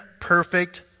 perfect